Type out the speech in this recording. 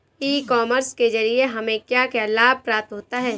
ई commerce के ज़रिए हमें क्या क्या लाभ प्राप्त होता है?